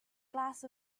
glass